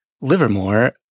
Livermore